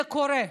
זה קורה.